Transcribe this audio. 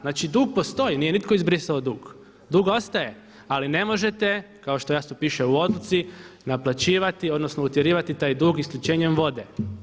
Znači dug postoji, nije nitko izbrisao dug, dug ostaje ali ne možete kao što jasno piše u odluci naplaćivati odnosno utjerivati taj dug isključenjem vode.